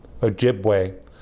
Ojibwe